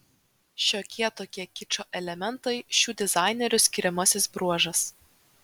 šiokie tokie kičo elementai šių dizainerių skiriamasis bruožas